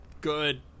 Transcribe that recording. good